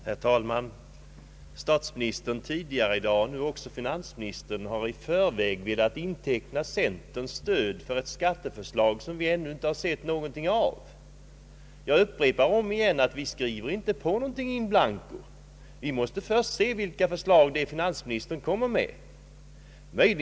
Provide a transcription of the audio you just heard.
Herr talman! Statsministern tidigare i dag liksom nu också finansministern har i förväg velat inteckna centerns stöd för ett skatteförslag som vi ännu inte sett någonting av. Jag upprepar Statsverkspropositionen m.m. att vi inte skriver på någonting in blanco. Vi måste först se vilka förslag finansministern = framlägger.